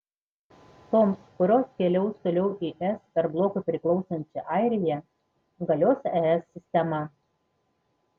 toms kurios keliaus toliau į es per blokui priklausančią airiją galios es sistema